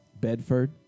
Bedford